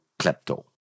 klepto